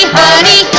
honey